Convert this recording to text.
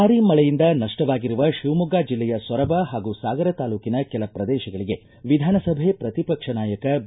ಭಾರೀ ಮಳೆಯಿಂದ ನಷ್ಟವಾಗಿರುವ ಶಿವಮೊಗ್ಗ ಜಿಲ್ಲೆಯ ಸೊರಬ ಹಾಗೂ ಸಾಗರ ತಾಲೂಕಿನ ಕೆಲ ಪ್ರದೇಶಗಳಿಗೆ ವಿಧಾನಸಭೆ ಪ್ರತಿಪಕ್ಷ ನಾಯಕ ಬಿ